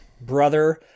brother